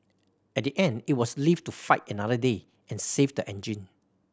at the end it was live to fight another day and save the engine